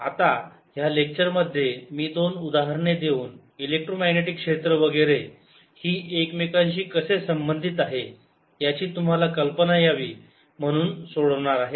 आता ह्या लेक्चर मध्ये मी दोन उदाहरणे देऊन इलेक्ट्रोमॅग्नेटिक क्षेत्र वगैरे ही एकमेकांशी कसे संबंधित आहेत याची तुम्हाला कल्पना यावी म्हणून सोडवणार आहे